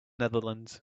netherlands